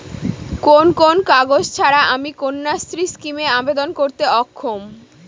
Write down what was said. কোন কোন কাগজ ছাড়া আমি কন্যাশ্রী স্কিমে আবেদন করতে অক্ষম?